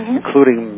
including